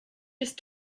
just